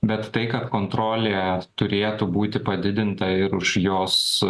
bet tai kad kontrolė turėtų būti padidinta ir už jos